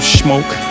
smoke